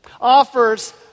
offers